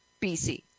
BC